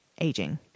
aging